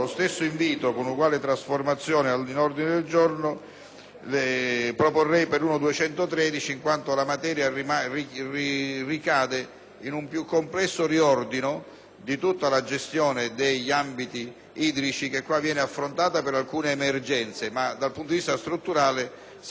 per l'emendamento 1.213, in quanto la materia ricade in un più complesso riordino di tutta la gestione degli ambiti idrici, che in questo caso viene affrontata per alcune emergenze, ma dal punto di vista strutturale sarà affrontata sicuramente in un prossimo disegno di legge